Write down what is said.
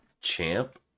Champ